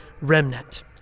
remnant